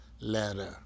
letter